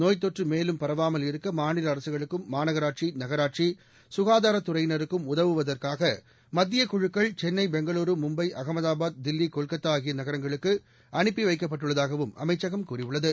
நோய்த்தொற்று மேலும் பரவாமல் இருக்க மாநில அரசுகளுக்கும் மாநகராட்சி நகராட்சி சுகாதாரத்துறையினருக்கும் உதவுவதற்காக மத்திய குழுக்கள் சென்னை பெங்களூரு மும்பை அகமதாபாத் தில்லி கொல்கத்தா ஆகிய நகரங்களுக்கு அனுப்பி வைக்கப்பட்டுள்ளதாகவும் அமைச்சகம் கூறியுள்ளது